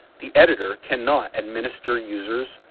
the editor cannot administer users,